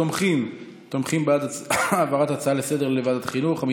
התומכים תומכים בהעברת ההצעה לסדר-היום לוועדת החינוך.